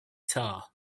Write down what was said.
tar